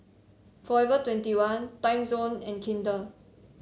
forever twenty one Timezone and Kinder